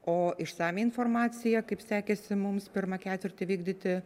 o išsamią informaciją kaip sekėsi mums pirmą ketvirtį vykdyti